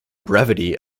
brevity